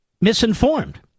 misinformed